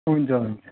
हुन्छ हुन्छ